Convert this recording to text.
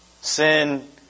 Sin